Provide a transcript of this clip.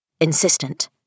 Insistent